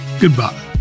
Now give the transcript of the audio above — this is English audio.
goodbye